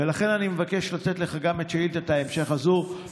ולכן אני מבקש לתת לך גם את שאלת ההמשך הזאת,